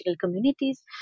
communities